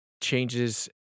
changes